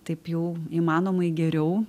taip jau įmanomai geriau